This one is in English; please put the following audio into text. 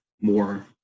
more